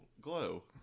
Glow